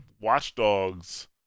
Watchdogs